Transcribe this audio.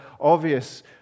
obvious